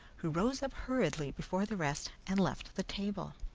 who rose up hurriedly before the rest, and left the table.